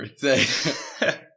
birthday